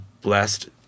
blessed